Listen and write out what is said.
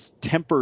tempered